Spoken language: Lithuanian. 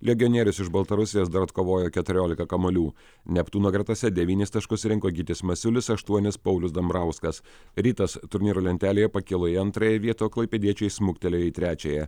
legionierius iš baltarusijos dar atkovojo keturiolika kamuolių neptūno gretose devynis taškus surinko gytis masiulis aštuonis paulius dambrauskas rytas turnyro lentelėje pakilo į antrąją vietą o klaipėdiečiai smuktelėjo į trečiąją